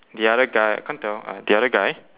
the other I can't tell ah the other guy